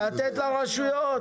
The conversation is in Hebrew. לתת לרשויות.